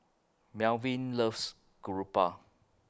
Melvin loves Garoupa